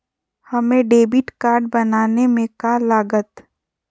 हमें debit card बनाने में का लागत?